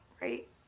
right